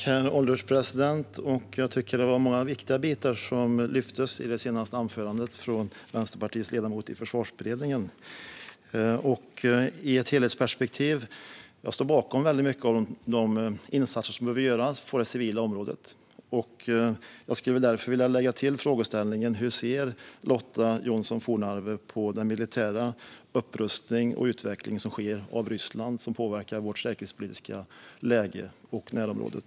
Herr ålderspresident! Jag tycker att många viktiga bitar lyftes i det senaste anförandet av Vänsterpartiets ledamot i Försvarsberedningen. I ett helhetsperspektiv står jag bakom väldigt mycket av de insatser som behöver göras på det civila området. Jag skulle därför vilja lägga till frågeställningen: Hur ser Lotta Johnsson Fornarve på den militära upprustningen och utvecklingen i Ryssland, som påverkar vårt säkerhetspolitiska läge och närområdet?